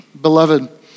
beloved